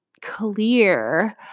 clear